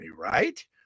right